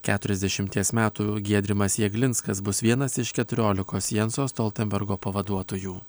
keturiasdešimties metų giedrimas jeglinskas bus vienas iš keturiolikos janso stoltenbergo pavaduotojų